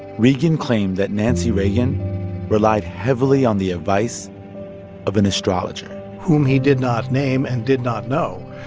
regan claimed that nancy reagan relied heavily on the advice of an astrologer whom he did not name and did not know,